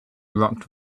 rocked